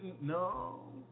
no